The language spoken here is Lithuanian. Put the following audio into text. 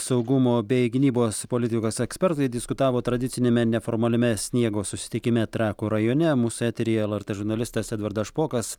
saugumo bei gynybos politikos ekspertai diskutavo tradiciniame neformaliame sniego susitikime trakų rajone mūsų eteryje lrt žurnalistas edvardas špokas